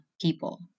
people